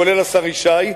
כולל השר ישי,